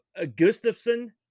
Gustafsson